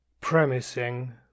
premising